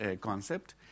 concept